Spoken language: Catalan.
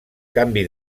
canvi